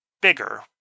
bigger